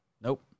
Nope